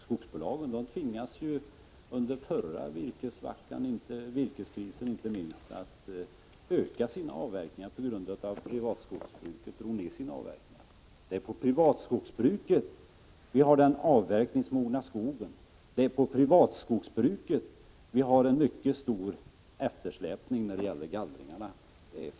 Skogsbolagen tvingades ju inte minst under den förra virkeskrisen att öka avverkningarna på grund av att privatskogsbruket drog ned sina avverkningar. Det är inom privatskogsbruket vi har den avverkningsmogna skogen, det är där det råder en mycket stor eftersläpning när det gäller gallringarna.